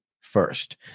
first